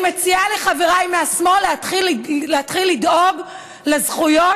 אני מציעה לחבריי מהשמאל להתחיל לדאוג לזכויות